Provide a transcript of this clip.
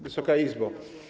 Wysoka Izbo!